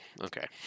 okay